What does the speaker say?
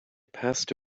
passed